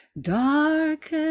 dark